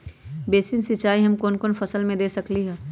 Basin सिंचाई हम कौन कौन फसल में दे सकली हां?